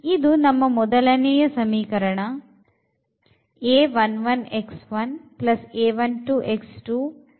ಇದು ನಮ್ಮ ಮೊದಲನೆಯ ಸಮೀಕರಣ